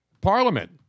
Parliament